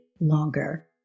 longer